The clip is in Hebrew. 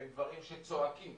הם דברים שצועקים